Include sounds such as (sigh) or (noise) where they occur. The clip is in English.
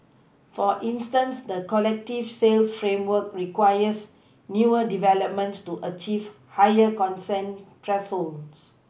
(noise) for instance the collective sales framework requires newer developments to achieve higher consent thresholds